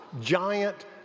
giant